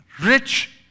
rich